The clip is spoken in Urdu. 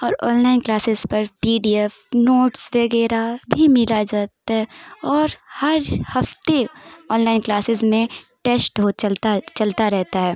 اور آن لائن کلاسز پر پی ڈی ایف نوٹس وغیرہ بھی ملا جاتا ہے اور ہر ہفتے آن لائن کلاسز میں ٹیسٹ ہو چلتا ہے چلتا رہتا ہے